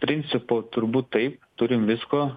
principo turbūt taip turim visko